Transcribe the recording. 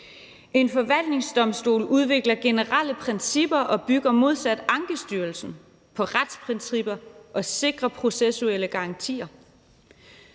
En forvaltningsdomstol udvikler generelle principper og bygger modsat Ankestyrelsen på retsprincipper og sikre processuelle garantier.